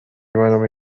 منو